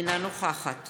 אינה נוכחת